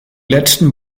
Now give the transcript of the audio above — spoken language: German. letzten